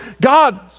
god